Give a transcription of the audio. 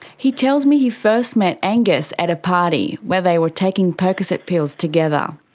he tells me he first met angus at a party where they were taking percocet pills together.